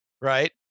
right